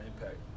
impact